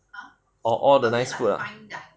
are all the nice food ah